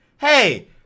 hey